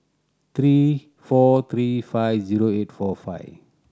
three four three five zero eight four five